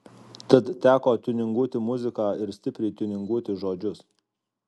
tad teko tiuninguoti muziką ir stipriai tiuninguoti žodžius